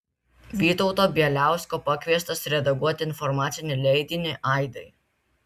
vytauto bieliausko pakviestas redaguoti informacinį leidinį aidai